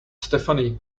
stephanie